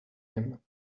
him